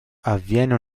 avviene